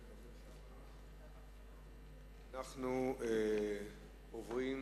אנחנו עוברים